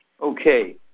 Okay